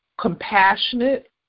compassionate